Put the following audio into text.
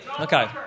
Okay